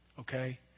Okay